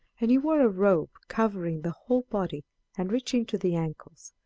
and he wore a robe covering the whole body and reaching to the ankles,